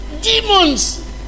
demons